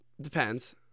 Depends